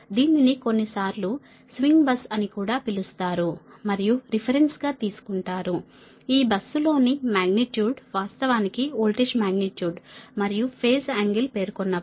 దీనిని కొన్నిసార్లు swing bus అని కూడా పిలుస్తారు మరియు రిఫరెన్స్ గా తీసుకుంటారు ఈ బస్సులోని మాగ్నిట్యూడ్ వాస్తవానికి వోల్టేజ్ మాగ్నిట్యూడ్ మరియు ఫేజ్ యాంగిల్ పేర్కొన్నప్పుడు